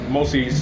mostly